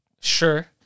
Sure